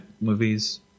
movies